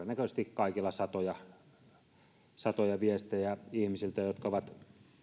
viestejä todennäköisesti kaikille satoja viestejä ihmisiltä jotka ovat